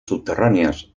subterráneas